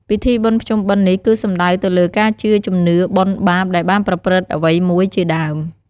ពិធីបុណ្យភ្ជុំបិណ្យនេះគឺសំដៅទៅលើការជឿជំនឿ បុណ្យ បាប ដែលបានប្រព្រឺត្តអ្វីមួយជាដើម។